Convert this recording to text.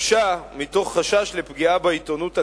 הוגשה מתוך חשש לפגיעה בעיתונות הכתובה,